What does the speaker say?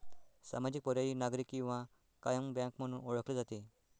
सामाजिक, पर्यायी, नागरी किंवा कायम बँक म्हणून ओळखले जाते